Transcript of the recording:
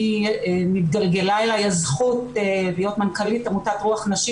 התגלגלה לידי הזכות להיות מנכ"לית עמותת רוח נשית